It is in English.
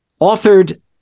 authored